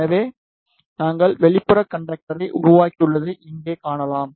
எனவே நாங்கள் வெளிப்புறக் கண்டக்டரை உருவாக்கியுள்ளதை இங்கே காணலாம்